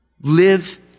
Live